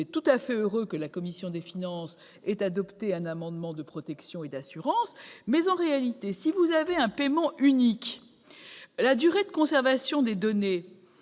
tout à fait heureux que la commission des finances ait adopté un amendement de protection et d'assurance. Mais, en réalité, avec un paiement unique, la durée de conservation des données